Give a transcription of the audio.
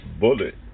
bullet